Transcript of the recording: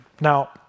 Now